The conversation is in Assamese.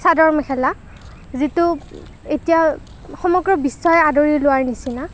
চাদৰ মেখেলা যিটোক এতিয়া সমগ্ৰ অসমক বিশ্বই আদৰি লোৱাৰ নিচিনা